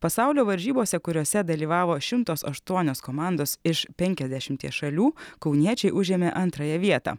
pasaulio varžybose kuriose dalyvavo šimtas aštuonios komandos iš penkiasdešimties šalių kauniečiai užėmė antrąją vietą